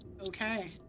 Okay